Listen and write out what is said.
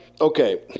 Okay